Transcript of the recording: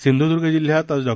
सिंधूद्ग जिल्ह्यात आज डॉ